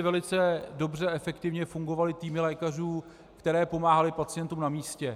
V Sýrii velice dobře a efektivně fungovaly týmy lékařů, které pomáhaly pacientům na místě.